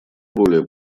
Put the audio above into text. более